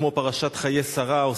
כמו פרשת חיי שרה,